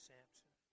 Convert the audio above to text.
Samson